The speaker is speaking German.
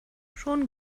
schon